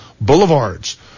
Boulevards